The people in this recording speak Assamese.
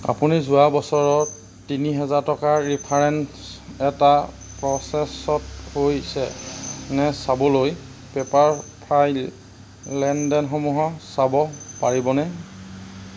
আপুনি যোৱা বছৰত তিনিহাজাৰ টকাৰ ৰিফাৰেণ্ডছ এটা প্ৰ'চেছত হৈছে নে চাবলৈ পেপাৰফ্ৰাইল লেনদেনসমূহৰ চাব পাৰিবনে